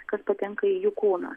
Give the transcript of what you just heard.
kas patenka į jų kūną